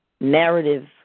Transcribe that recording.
narrative